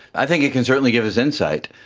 i think it can certainly give us insight.